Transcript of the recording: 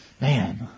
man